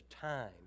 time